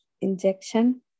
injection